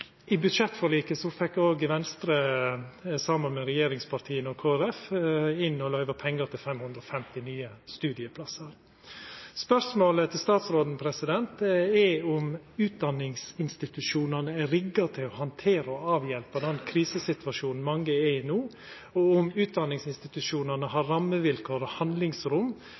I budsjettforliket fekk Venstre, saman med regjeringspartia og Kristeleg Folkeparti, òg løyvd pengar til 550 nye studieplassar. Spørsmålet til statsråden er om utdanningsinstitusjonane er rigga til å handtera og avhjelpa den krisesituasjonen mange er i no, og om utdanningsinstitusjonane har rammevilkår og handlingsrom